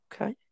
Okay